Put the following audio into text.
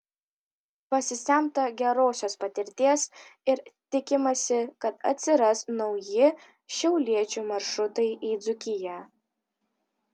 pasisemta gerosios patirties ir tikimasi kad atsiras nauji šiauliečių maršrutai į dzūkiją